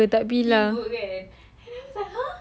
tiba tak bilang